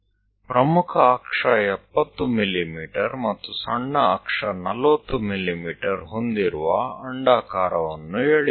ઉદાહરણ તરીકે 70 mm મુખ્ય અક્ષ અને 40 mm ગૌણ અક્ષ સાથે ઉપવલય દોરો